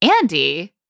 Andy